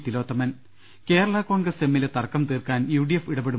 തിലോത്തമൻ കേരള കോൺഗ്രസ് എമ്മിലെ തർക്കം തീർക്കാൻ യു ഡി എഫ് ഇടപെടു